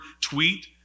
tweet